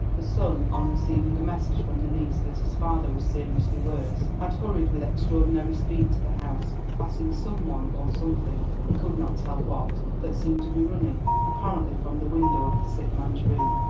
the son, on receiving a message from the niece that his father was seriously worse, had hurried with extraordinary speed to the house, passing some one or something he could not tell what that seemed to be running, apparently from the window of the sick man's room,